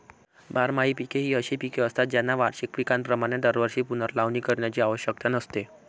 बारमाही पिके ही अशी पिके असतात ज्यांना वार्षिक पिकांप्रमाणे दरवर्षी पुनर्लावणी करण्याची आवश्यकता नसते